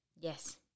Yes